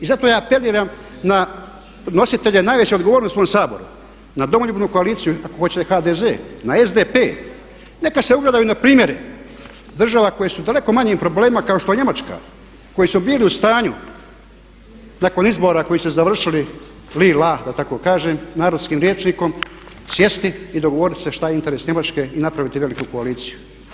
I zato ja apeliram na nositelje najveće odgovornosti u ovom Saboru na Domoljubnu koaliciju i ako hoćete na HDZ, na SDP neka se ugledaju na primjere država koje su u daleko manjim problemima kao što je Njemačka koji su bili u stanju nakon izbora koji su završili li-la da tako kažem narodskim rječnikom sjesti i dogovoriti se što je interes Njemačke i napraviti veliku koaliciju.